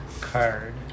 card